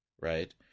right